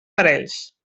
parells